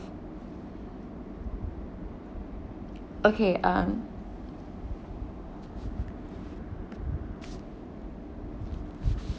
okay um